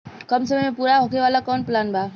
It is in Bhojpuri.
कम समय में पूरा होखे वाला कवन प्लान बा?